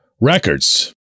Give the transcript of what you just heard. records